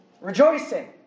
rejoicing